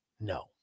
No